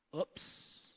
Oops